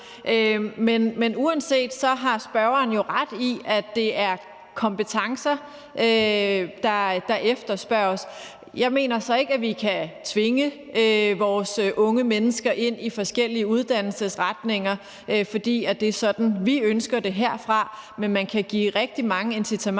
Men uanset hvad har spørgeren jo ret i, at det er kompetencer, der efterspørges. Jeg mener så ikke, at vi kan tvinge vores unge mennesker ind i forskellige uddannelsesretninger, fordi det er sådan, vi ønsker det herfra. Men man kan give rigtig mange incitamenter,